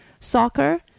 soccer